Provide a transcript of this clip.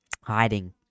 hiding